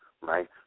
right